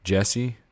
Jesse